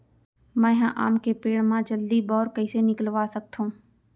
मैं ह आम के पेड़ मा जलदी बौर कइसे निकलवा सकथो?